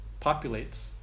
populates